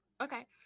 Okay